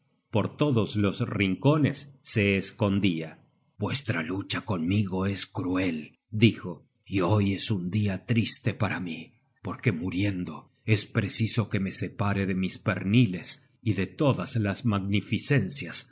por todos los rincones se escondia vuestra lucha conmigo es cruel dijo y hoy es un dia triste para mí porque muriendo es preciso que me separe de mis pemiles y de todas las magnificencias